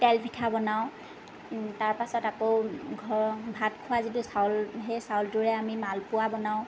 তেল পিঠা বনাওঁ তাৰ পাছত আকৌ ঘৰৰ ভাত খোৱা যিটো চাউল সেই চাউলটোৰে আমি মালপোৱা বনাওঁ